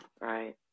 Right